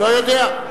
לא יודע.